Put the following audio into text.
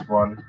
one